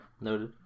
noted